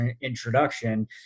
introduction